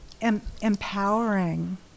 empowering